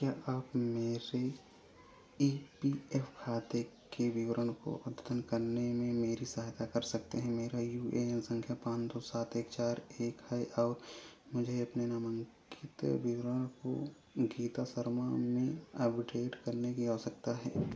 क्या आप मेरे ई पी एफ खाते के विवरण को अद्यतन करने में मेरी सहायता कर सकते हैं मेरा यू ए एन संख्या पाँच दो सात एक चार एक है और मुझे अपने नामांकित विवरण को गीता शर्मा में अपडेट करने की आवश्यकता है